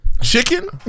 chicken